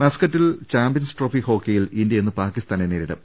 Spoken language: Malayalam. മസ്ക്കറ്റിൽ ചാമ്പ്യൻസ് ട്രോഫി ഹോക്കിയിൽ ഇന്ത്യ ഇന്ന് പാക്കി സ്ഥാനെ നേരിടും